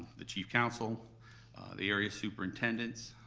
the chief counsel, the area superintendents,